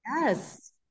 yes